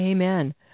Amen